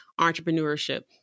entrepreneurship